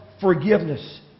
forgiveness